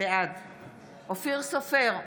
בעד אופיר סופר,